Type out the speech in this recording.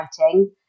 writing